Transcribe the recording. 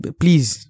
please